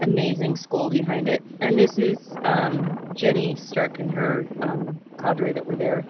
amazing school behind it, and this is jenny sterken her cadre that were there